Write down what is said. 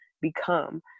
become